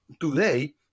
today